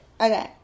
okay